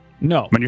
No